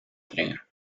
dringen